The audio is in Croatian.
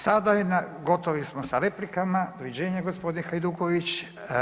Sada je na, gotovi smo sa replikama, doviđenja gospodin Hajduković.